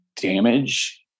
damage